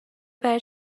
برای